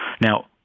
Now